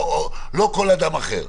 לא כל אדם אחר.